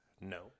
No